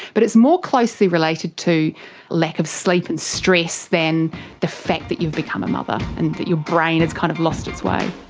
but it's more closely related to lack of sleep and stress than the fact that you've become a mother and that your brain has kind of lost its way.